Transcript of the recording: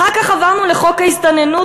אחר כך עברנו לחוק ההסתננות,